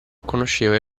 conosceva